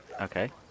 Okay